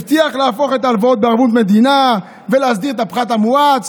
הוא הבטיח להפוך את ההלוואות בערבות מדינה ולהסדיר את הפחת המואץ,